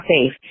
safe